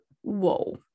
whoa